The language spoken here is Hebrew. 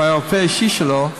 הוא היה הרופא האישי שלו,